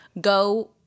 go